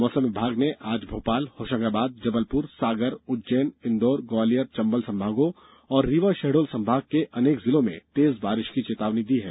मौसम विभाग ने आज भोपाल होशंगाबाद जबलपुर सागर उज्जैन इंदौर ग्वालियर चम्बल संभागों और रीवा शहडोल संभाग के अनेक जिलों में तेज बारिश की चेतावनी दी है